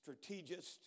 strategist